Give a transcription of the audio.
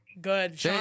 Good